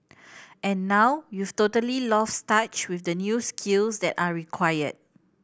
and now you've totally lost touch with the new skills that are required